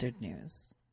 News